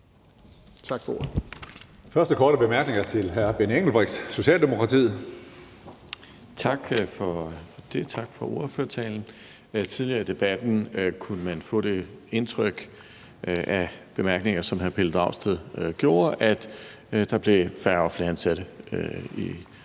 Tak for ordet.